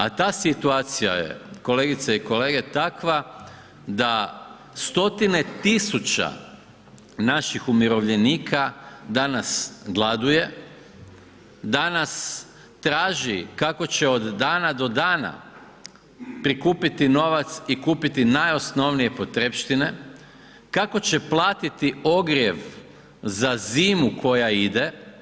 A ta situacija je kolegice i kolege takva da stotine tisuća naših umirovljenika danas gladuje, danas traži kako će od dana do dana prikupiti novac i kupiti najosnovnije potrepštine, kako će platiti ogrjev za zimu koja ide.